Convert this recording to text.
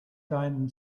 deinen